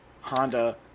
Honda